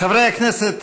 חברי הכנסת,